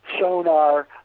sonar